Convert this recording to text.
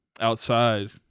outside